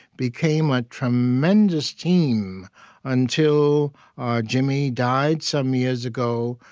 became a tremendous team until jimmy died some years ago.